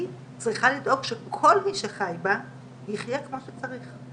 צריכה לדאוג שכל מי שחי בה יחיה כמו שצריך.